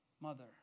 mother